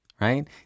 right